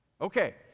Okay